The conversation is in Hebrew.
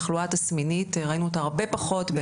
תחלואה תסמינית ראינו אותה הרבה פחות.